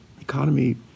economy